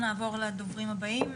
נעבור לדוברים הבאים.